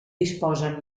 disposen